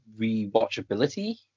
rewatchability